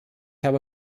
habe